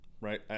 right